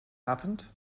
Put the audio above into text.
happened